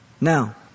Now